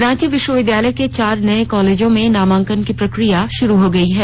रांची विश्वविद्यालय के चार नए कालेजों में नामांकन प्रक्रिया शुरू हो गई है